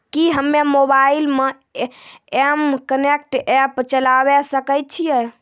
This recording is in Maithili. कि हम्मे मोबाइल मे एम कनेक्ट एप्प चलाबय सकै छियै?